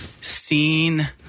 seen